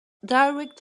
direct